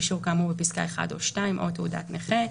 אישור כאמור בפסקה (1) או (2) או תעודת נכה."